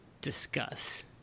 discuss